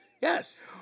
Yes